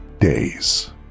days